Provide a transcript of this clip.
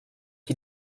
qui